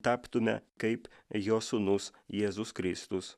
taptume kaip jo sūnus jėzus kristus